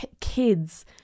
kids